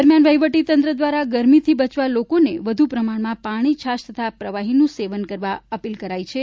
દરમિયાન વહીવટી તંત્ર દ્વારા ગરમીથી બચવા લોકોને વધુ પ્રમાણમાં પાણી છાશ તથા પ્રવાહીનું સેવન કરવા અપીલ કરાઈ છે